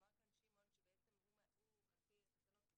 אמר כאן שמעון שבעצם הוא על פי התקנות,